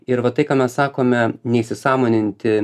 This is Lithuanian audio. ir va tai ką mes sakome neįsisąmoninti